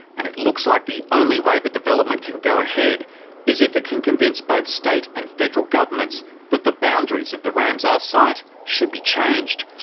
and it looks like the only way the development can go ahead is if they can convince both state and federal governments that the boundaries of the ramsar site should be changed.